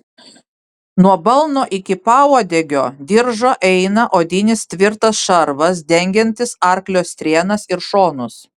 nuo balno iki pauodegio diržo eina odinis tvirtas šarvas dengiantis arklio strėnas ir šonus